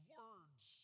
words